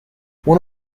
one